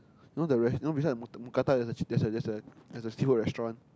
you know the res~ you know beside the Mookata there is a there is a seafood restaurant